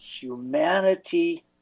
humanity